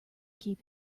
keep